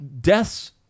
deaths